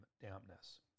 dampness